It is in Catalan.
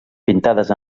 pintades